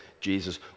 Jesus